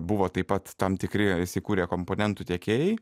buvo taip pat tam tikri įsikūrė komponentų tiekėjai